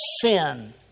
sin